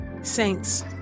Saints